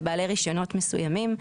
שזה לבעל רישיון מסוים,